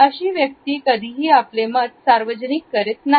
अशी व्यक्ती कधीही आपले मत सार्वजनिक करत नाही